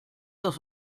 das